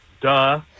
Duh